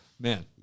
Man